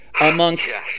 amongst